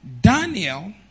Daniel